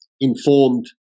informed